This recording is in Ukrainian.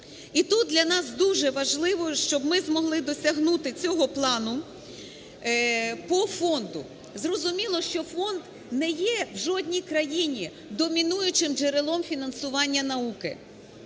І тут для нас дуже важливо, щоб ми змогли досягнути цього плану по фонду. Зрозуміло, що фонд не є в жодній країні домінуючим джерелом фінансування науки.